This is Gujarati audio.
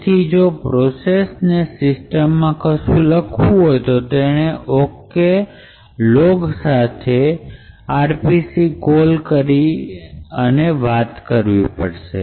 તેથી જો પ્રોસેસને સિસ્ટમ માં કશું લખવું હોય તો તેણે ઓકે લોગ સાથે આર પી સી કોલ કરીને વાત કરવી પડશે